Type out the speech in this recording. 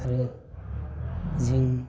आरो जों